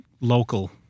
local